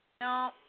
No